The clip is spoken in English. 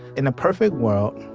in a perfect world,